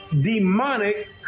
demonic